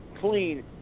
clean